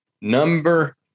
Number